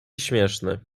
śmieszny